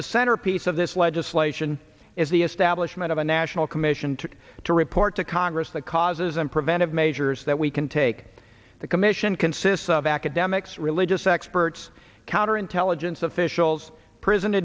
the centerpiece of this legislation is the establishment of a national commission to to report to congress the causes and preventive measures that we can take the commission consists of academics religious experts counter intelligence officials prison